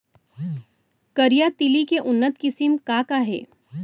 करिया तिलि के उन्नत किसिम का का हे?